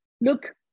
Look